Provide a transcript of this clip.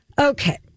Okay